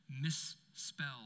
misspell